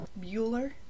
Bueller